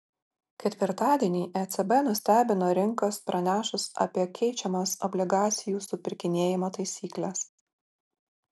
ketvirtadienį ecb nustebino rinkas pranešus apie keičiamas obligacijų supirkinėjimo taisykles